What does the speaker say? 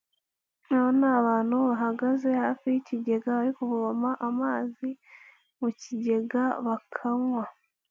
Hano ni abantu bahagaze hafi y’ikigega ariko bari kuvoma amazi mu kigega bakanywa.